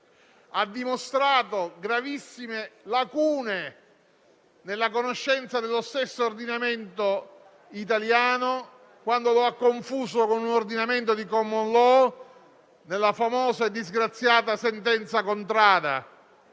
ha dimostrato gravissime lacune nella conoscenza dello stesso ordinamento italiano, quando lo ha confuso con un ordinamento di *common law* nella famosa e disgraziata sentenza Contrada,